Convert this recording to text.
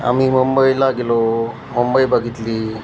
आम्ही मुंबईला गेलो मुंबई बघितली